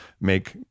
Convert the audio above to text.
make